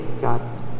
God